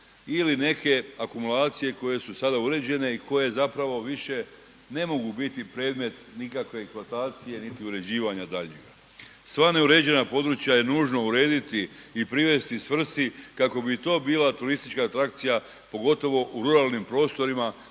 ili neke akumulacije koje su sada uređene i koje zapravo više ne mogu biti predmet nikakve eksploatacije niti uređivanja daljnjeg. Sva neuređena područja je nužno urediti i privesti svrsi kako bi to bila turistička atrakcija pogotovo u ruralnim prostorima,